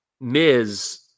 Miz